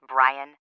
Brian